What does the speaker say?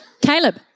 Caleb